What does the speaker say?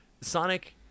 sonic